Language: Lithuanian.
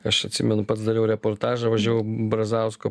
aš atsimenu pats dariau reportažą važiavau brazausko